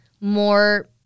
more